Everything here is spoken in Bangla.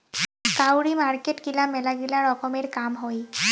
কাউরি মার্কেট গিলা মেলাগিলা রকমের কাম হই